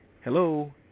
hello